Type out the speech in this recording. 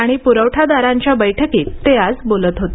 आणि पुरवठादारांच्या बैठकीत ते आज बोलत होते